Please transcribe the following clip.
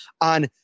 on